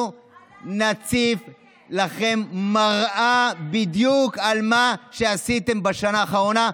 אנחנו נציב לכם מראה בדיוק על מה שעשיתם בשנה האחרונה,